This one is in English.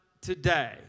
today